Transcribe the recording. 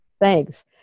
Thanks